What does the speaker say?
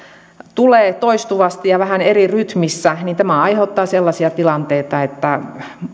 tulee toistuvasti ja vähän eri rytmissä niin tämä aiheuttaa sellaisia tilanteita että